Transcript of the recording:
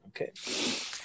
Okay